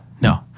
no